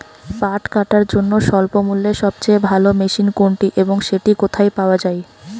পাট কাটার জন্য স্বল্পমূল্যে সবচেয়ে ভালো মেশিন কোনটি এবং সেটি কোথায় পাওয়া য়ায়?